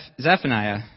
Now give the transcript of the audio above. Zephaniah